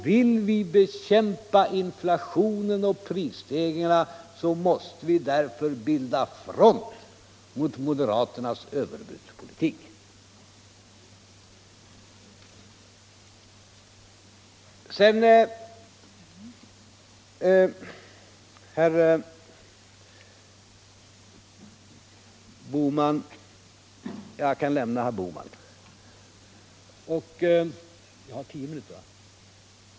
Vill vi bekämpa inflationen och prisstegringarna, måste vi därför bilda front mot moderaternas överbudspolitik. Jag kan lämna herr Bohman.